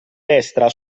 destra